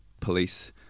police